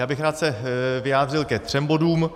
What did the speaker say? Rád bych se vyjádřil ke třem bodům.